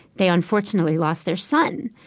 they unfortunately lost their son.